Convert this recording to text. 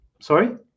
Sorry